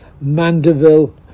Mandeville